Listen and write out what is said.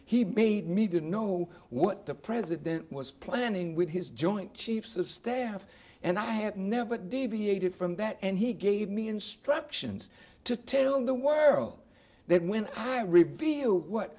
he made me didn't know what the president was planning with his joint chiefs of staff and i have never deviated from that and he gave me instructions to tell the world then when i reveal what